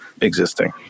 existing